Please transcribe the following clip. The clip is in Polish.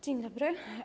Dzień dobry.